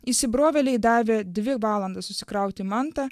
įsibrovėliai davė dvi valandas susikrauti mantą